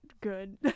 good